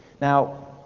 Now